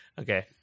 Okay